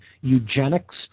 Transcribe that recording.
eugenics